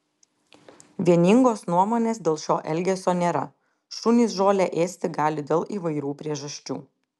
vieningos nuomonės dėl šio elgesio nėra šunys žolę ėsti gali dėl įvairių priežasčių